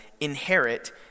inherit